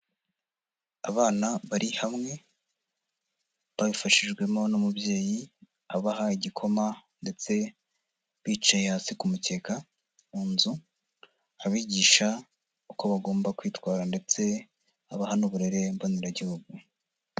Abana bari hamwe babifashijwemo n'umubyeyi abaha igikoma ndetse bicaye hasi ku mukeka mu nzu, abigisha uko bagomba kwitwara ndetse abaha n'uburere mboneragihugu.